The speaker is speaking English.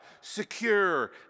secure